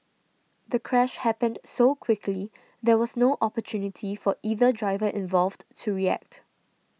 the crash happened so quickly there was no opportunity for either driver involved to react